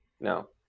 no